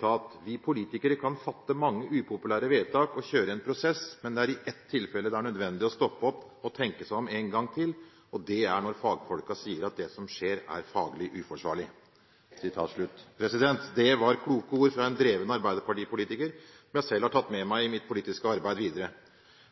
sa: Vi politikere kan fatte mange upopulære vedtak og kjøre en prosess, men det er i ett tilfelle det er nødvendig å stoppe opp og tenke seg om en gang til, og det er når fagfolkene sier at det som skjer, er faglig uforsvarlig. – Det var kloke ord fra en dreven arbeiderpartipolitiker som jeg selv har tatt med meg i mitt politiske arbeid videre.